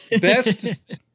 Best